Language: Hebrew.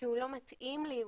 שהוא לא מתאים לי,